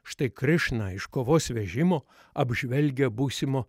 štai krišna iš kovos vežimo apžvelgia būsimo